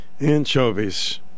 Anchovies